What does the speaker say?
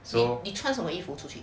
你穿什么衣服出去